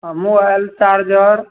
हँ mobile charger